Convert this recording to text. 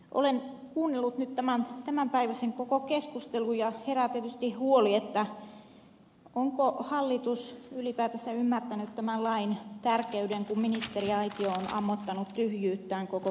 olen kuunnellut nyt koko tämänpäiväisen keskustelun ja herää tietysti huoli onko hallitus ylipäätänsä ymmärtänyt tämän lain tärkeyden kun ministeriaitio on ammottanut tyhjyyttään koko keskustelun ajan